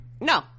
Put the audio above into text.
No